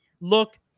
look